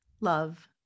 Love